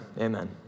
Amen